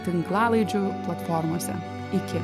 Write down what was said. tinklalaidžių platformose iki